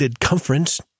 conference